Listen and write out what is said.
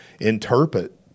interpret